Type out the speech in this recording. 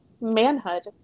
manhood